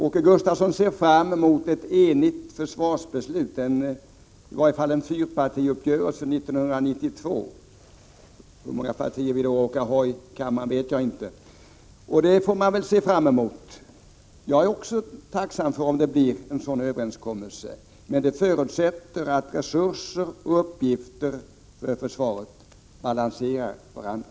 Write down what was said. Åke Gustavsson ser fram mot ett enhälligt försvarsbeslut, i varje fall en fyrpartiuppgörelse, 1992 — hur många partier vi kommer att råka ha i kammaren då vet jag inte. Jag är också tacksam om det blir en sådan överenskommelse, men det förutsätter att resurser och uppgifter för försvaret balanserar varandra.